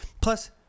Plus